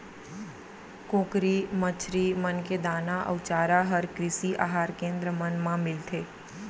कुकरी, मछरी मन के दाना अउ चारा हर कृषि अहार केन्द्र मन मा मिलथे